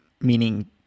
meaning